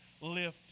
lift